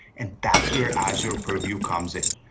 and that's where azure purview comes in.